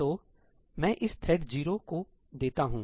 तो मैं इसे थ्रेड 0 0 को देता हूं